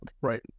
right